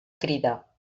crida